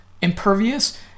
Impervious